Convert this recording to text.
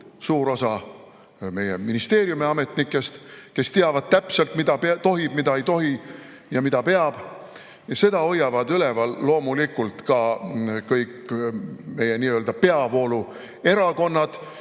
suur osa meie ministeeriumiametnikest, kes teavad täpselt, mida tohib [teha], mida ei tohi ja mida peab. Ja seda hoiavad loomulikult üleval ka kõik meie nii-öelda peavooluerakonnad,